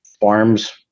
farms